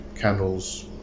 candles